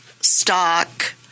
stock